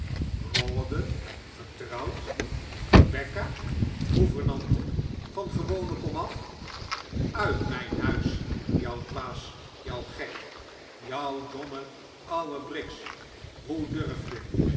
rawdon getrouwd rebecca gouvernante van gewone komaf uit mijn huis jou dwaas jou gek jou domme ouwe briggs hoe durf je